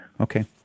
Okay